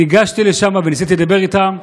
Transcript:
ניגשתי לשם וניסיתי לדבר איתם,